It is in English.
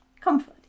Comfort